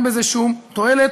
אין בזה שום תועלת.